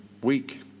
week